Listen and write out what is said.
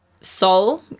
Soul